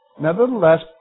Nevertheless